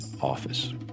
office